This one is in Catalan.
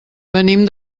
venim